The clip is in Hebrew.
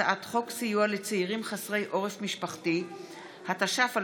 הצעת חוק הרשות לפיתוח הנגב (תיקון מס' 4)